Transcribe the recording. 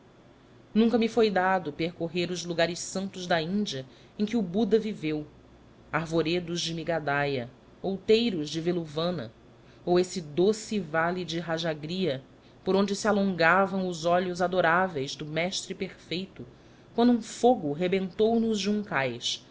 nunca me foi dado percorrer os lugares santos da índia em que o buda viveu arvoredos de migadaia outeiros de veluvana ou esse doce vale de rajágria por onde se alongavam os olhos adoráveis do mestre perfeito quando um fogo rebentou nos juncais